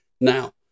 Now